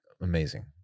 amazing